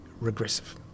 regressive